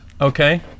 Okay